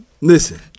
Listen